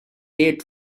dead